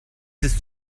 ist